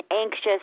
anxious